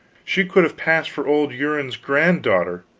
she could have passed for old uriens' granddaughter,